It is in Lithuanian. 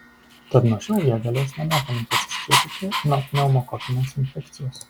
tad nuo šiol jie galės nemokamai pasiskiepyti nuo pneumokokinės infekcijos